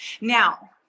Now